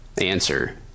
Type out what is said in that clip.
answer